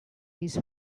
his